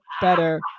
better